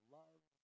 love